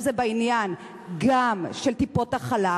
אם זה בעניין של טיפות-החלב,